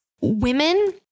Women